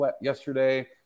yesterday